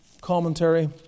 commentary